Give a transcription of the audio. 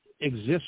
exist